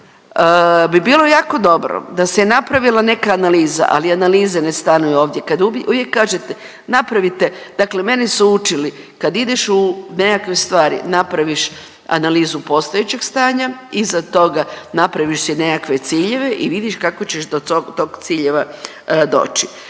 bi bilo jako dobro da se napravila neka analiza, ali analiza ne stanuje ovdje. Kad uvijek kažete napravite, dakle mene su učili kad ideš u nekakve stvari, napraviš analizu postojećeg stanja, iza toga napraviš si nekakve ciljeve i vidiš kako ćeš do tog ciljeva doći.